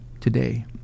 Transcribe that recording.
today